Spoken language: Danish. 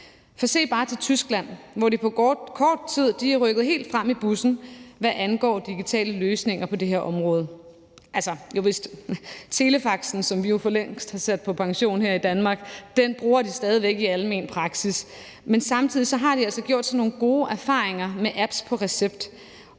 For se bare til Tyskland, hvor de på kort tid er rykket helt frem i bussen, hvad angår digitale løsninger på det her område. Altså, telefaxen, som vi jo for længst har sendt på pension her i Danmark, bruger de stadig væk i almen praksis, men samtidig har de altså gjort sig nogle gode erfaringer med apps på recept,